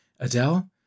Adele